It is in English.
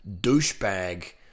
douchebag